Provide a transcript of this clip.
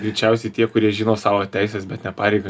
greičiausiai tie kurie žino savo teises bet ne pareigas